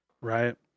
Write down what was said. Right